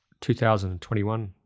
2021